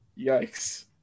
Yikes